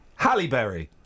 Halleberry